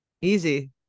Easy